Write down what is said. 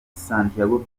santiago